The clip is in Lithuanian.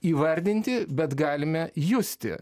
įvardinti bet galime justi